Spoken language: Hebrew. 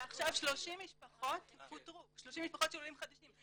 ועכשיו 30 משפחות של עולים חדשים פוטרו.